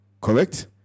Correct